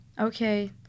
Okay